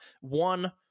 One